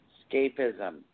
Escapism